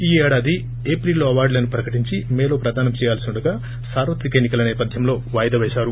ఈ ఏడాది ఏప్రిల్లో అవార్గులను ప్రకటించి మేలో ప్రదానం చేయాల్పి ఉండగా సార్వత్రిక ఎన్ని కల నేపథ్యంలో వాయిదా పేశారు